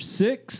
six